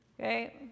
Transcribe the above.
Okay